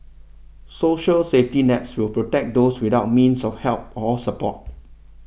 social safety nets will protect those without means of help or support